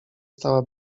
stała